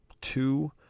two